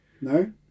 No